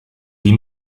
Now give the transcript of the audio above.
die